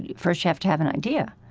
and first you have to have an idea.